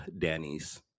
Danny's